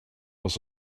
was